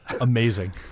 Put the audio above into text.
Amazing